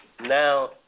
now